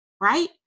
right